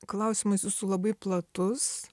klausimai su labai platus